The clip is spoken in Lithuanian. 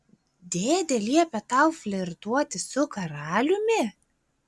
dėdė liepė tau flirtuoti su karaliumi